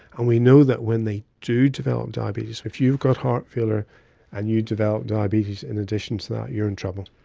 and we know that when they do develop diabetes, if you've got heart failure and you develop diabetes in addition to that you're in trouble.